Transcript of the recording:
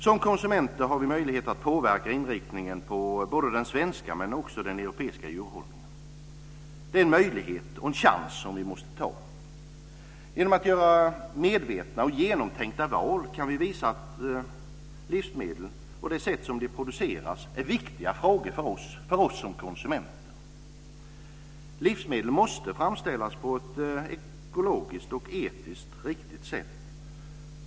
Som konsumenter har vi möjlighet att påverka inriktningen på både den svenska men också den europeiska djurhållningen. Det är en möjlighet och en chans som vi måste ta. Genom att göra medvetna och genomtänkta val kan vi visa att livsmedlen och de sätt som de produceras på är viktiga frågor för oss konsumenter. Livsmedel måste framställas på ett ekologiskt och etiskt riktigt sätt.